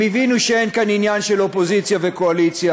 הם הבינו שאין כאן עניין של אופוזיציה וקואליציה.